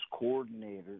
coordinators